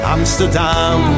Amsterdam